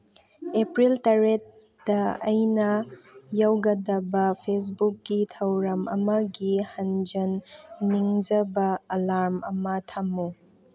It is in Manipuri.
ꯑꯦꯄ꯭ꯔꯤꯜ ꯇꯔꯦꯠꯇ ꯑꯩꯅ ꯌꯧꯒꯗꯕ ꯐꯦꯁꯕꯨꯛꯀꯤ ꯊꯧꯔꯝ ꯑꯃꯒꯤ ꯍꯟꯖꯟ ꯅꯤꯡꯖꯕ ꯑꯂꯥꯝ ꯑꯃ ꯊꯝꯃꯨ